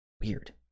Weird